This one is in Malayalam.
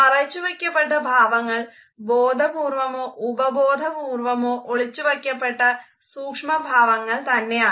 മറച്ചുവയ്ക്കപ്പെട്ട ഭാവങ്ങൾ ബോധപൂർവമോ ഉപബോധപൂർവമോ ഒളിച്ചുവയ്ക്കപ്പെട്ട സൂക്ഷ്മഭാവങ്ങൾ തന്നെയാണ്